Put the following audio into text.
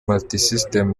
multisystem